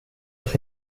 los